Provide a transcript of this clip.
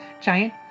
giant